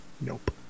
nope